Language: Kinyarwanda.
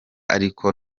ariko